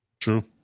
True